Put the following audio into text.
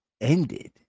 ended